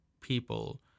people